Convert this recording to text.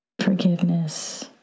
forgiveness